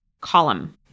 column